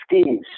schemes